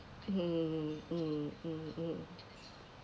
mm mm mm mm